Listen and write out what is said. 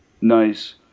nice